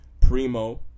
Primo